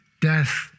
Death